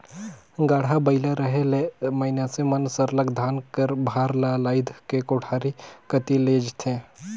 गाड़ा बइला रहें ले मइनसे मन सरलग धान कर भार ल लाएद के कोठार कती लेइजें